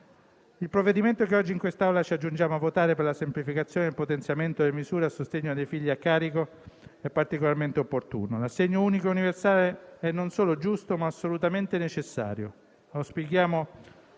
il provvedimento che ci accingiamo a votare, volto alla semplificazione e al potenziamento delle misure a sostegno dei figli a carico, è particolarmente opportuno. L'assegno unico universale è non solo giusto, ma assolutamente necessario.